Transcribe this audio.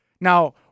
Now